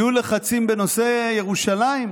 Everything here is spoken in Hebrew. יהיו לחצים בנושא ירושלים,